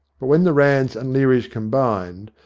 but when the ranns and learys combined,